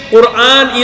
Quran